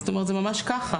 זה ממש ככה.